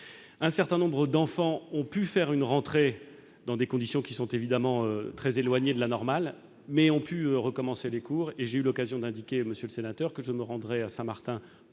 Un certain nombre d'enfants ont pu faire une rentrée, dans des conditions qui sont évidemment très éloignées de la normale, mais ils ont pu recommencer les cours. À cet égard, j'ai eu l'occasion d'indiquer que je me rendrai à Saint-Martin